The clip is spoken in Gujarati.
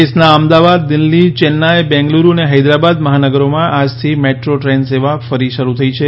દેશના અમદાવાદ દિલ્હી ચેન્નાઇ બેંગલુરૂ અને હૈદરાબાદ મહાનગરોમાં આજથી મેટ્રો ટ્રેન સેવા ફરી શરૂ થઈ છે